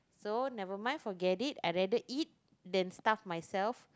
so never mind forget it I rather eat then starve myself